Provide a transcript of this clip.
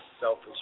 selfish